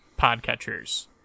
podcatchers